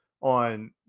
on